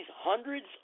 hundreds